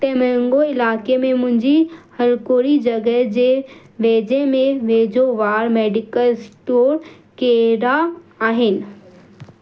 तेंमेंगे इलाइके में मुंहिंजी हाणोकि जॻह जे वेझे में वेझो वार मेडिकल स्टोर कहिड़ा आहिनि